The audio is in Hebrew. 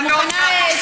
נא לקרוא את השאילתה.